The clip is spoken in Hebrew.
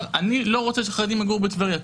אמר: אני לא רוצה שחרדים יגורו בטבריה.